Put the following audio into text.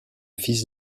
fils